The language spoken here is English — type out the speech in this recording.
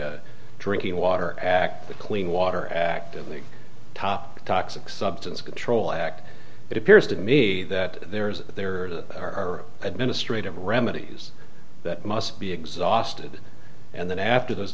drinking water act the clean water act and the top toxic substance control act it appears to me that there is there are administrative remedies that must be exhausted and then after those